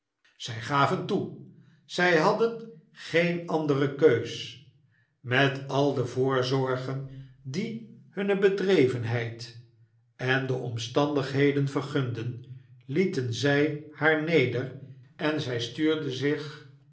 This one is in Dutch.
zij gaven toe zy hadden geen andere keus met al de voorzorgen die hunne bedrevenheid en de omstandigheden vergunden lietenzy haar neder en zy stuurde zich